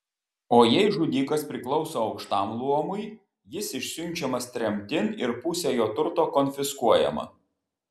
o jei žudikas priklauso aukštam luomui jis išsiunčiamas tremtin ir pusė jo turto konfiskuojama